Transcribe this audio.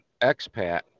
expat